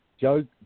Joe